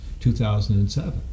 2007